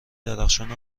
درخشان